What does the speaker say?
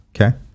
Okay